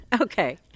Okay